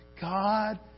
God